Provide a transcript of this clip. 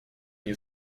nie